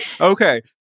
Okay